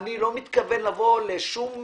אני לא מתכוון לבוא לשום